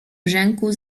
brzęku